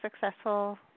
successful